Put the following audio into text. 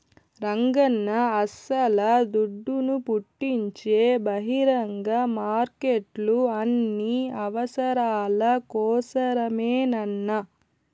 రంగన్నా అస్సల దుడ్డును పుట్టించే బహిరంగ మార్కెట్లు అన్ని అవసరాల కోసరమేనన్నా